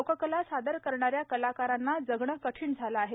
लोककला सादर करणाऱ्या कलाकारांना जगणं कठीण झालं आहे